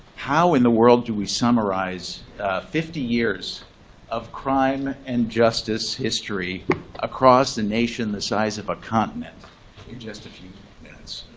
how in the world do we summarize fifty years of crime and justice history across the nation the size of a continent in just a few minutes?